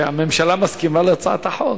שהממשלה מסכימה להצעת החוק.